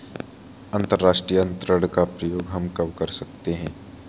अंतर्राष्ट्रीय अंतरण का प्रयोग हम कब कर सकते हैं?